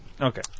Okay